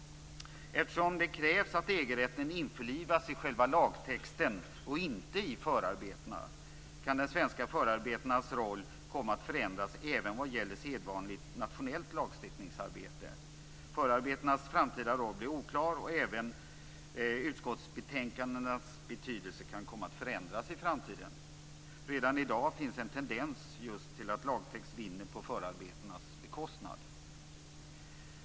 Eftersom det krävs att EG-rätten införlivas i själva lagtexten och inte i förarbetena, kan de svenska förarbetenas roll komma att förändras även vad gäller sedvanligt nationellt lagstiftningsarbete. Förarbetenas framtida roll blir oklar, och även utskottsbetänkandenas betydelse kan komma att förändras i framtiden. Redan i dag finns en tendens just till att lagtext vinner på förarbetenas bekostnad.